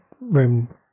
room